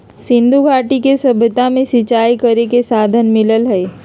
सिंधुघाटी के सभ्यता में सिंचाई करे के साधन मिललई ह